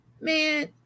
Man